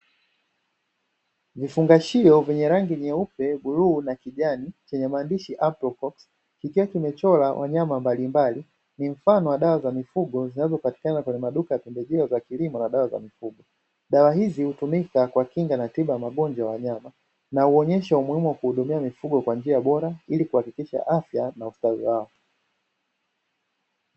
Vifungashio vyenye rangi nyeupe, bluu na kijani, chenye maandishi “Afro Proxy”, kikiwa kimechorwa wanyama mbalimbali, ni mfano wa dawa za mifugo zinazopatikana kwenye maduka ya pembejeo za kilimo na dawa za kilimo. Dawa hizi hutumika kwa kinga na tiba ya magonjwa ya wanyama, na huonyesha umuhimu wa kuhudumia mifugo kwa njia bora ili kuhakikisha afya na ustawi wake.